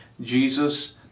Jesus